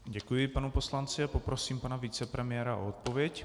Děkuji panu poslanci a poprosím pana vicepremiéra o odpověď.